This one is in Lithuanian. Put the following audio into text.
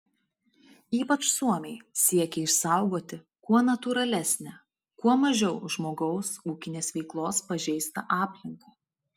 ypač suomiai siekia išsaugoti kuo natūralesnę kuo mažiau žmogaus ūkinės veiklos pažeistą aplinką